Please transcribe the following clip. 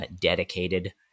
Dedicated